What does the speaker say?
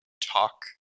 talk